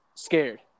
scared